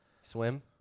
Swim